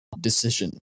decision